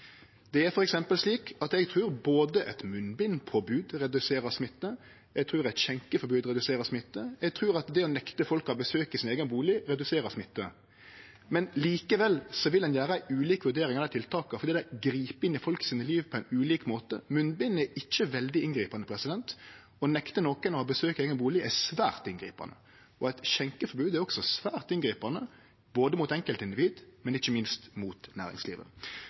er det difor forholdsmessig. Eg trur både at eit munnbindpåbod reduserer smitte, eg trur at eit skjenkeforbod reduserer smitte, og eg trur at det å nekte folk å ha besøk i eigen bustad reduserer smitte, men likevel vil ein gjere ei ulik vurdering av dei tiltaka fordi dei grip inn i folks liv på ein ulik måte. Munnbind er ikkje veldig inngripande. Å nekte nokon å ha besøk i eigen bustad er svært inngripande. Eit skjenkeforbod er også svært inngripande, både for enkeltindivid, og ikkje minst for næringslivet.